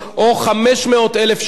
או 500,000 שקל.